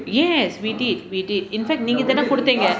yes we did we did in fact நீங்க தானே கொடுத்தீங்க:ninga thaane koduthinga